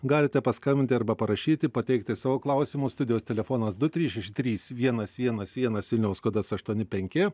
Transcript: galite paskambinti arba parašyti pateikti savo klausimus studijos telefonas du trys šeši trys vienas vienas vienas vilniaus kodas aštuoni penki